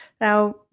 Now